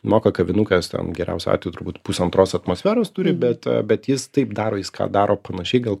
moka kavinukas ten geriausiu atveju turbūt pusantros atmosferos turi bet bet jis taip daro jis ką daro panašiai gal